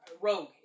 Rogue